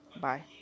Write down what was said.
Bye